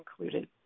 included